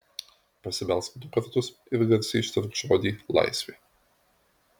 pasibelsk du kartus ir garsiai ištark žodį laisvė